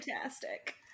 Fantastic